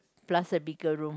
plus a bigger room